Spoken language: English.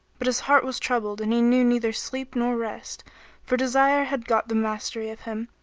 but his heart was troubled and he knew neither sleep nor rest for desire had got the mastery of him,